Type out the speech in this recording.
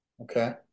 Okay